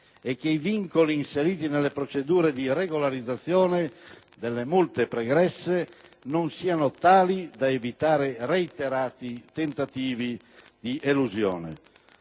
e che i vincoli inseriti nelle procedure di regolarizzazione delle multe pregresse non siano tali da evitare reiterati tentativi di elusione.